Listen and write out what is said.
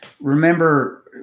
Remember